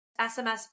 SMS